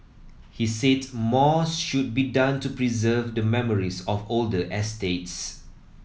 he said more should be done to preserve the memories of older estates